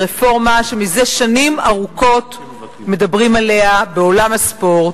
היא רפורמה שזה שנים ארוכות מדברים עליה בעולם הספורט.